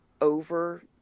over